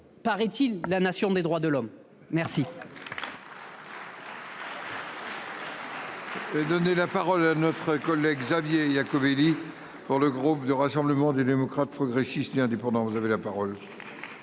paraît-il, la nation des droits de l'homme. Très